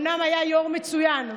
אומנם היה יו"ר מצוין,